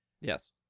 Yes